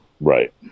Right